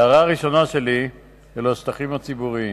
ההערה הראשונה שלי היא על השטחים הציבוריים.